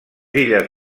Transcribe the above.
illes